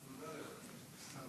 עשר דקות לרשותך.